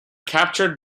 captured